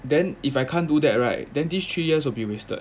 then if I can't do that right then these three years will be wasted